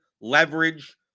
leverage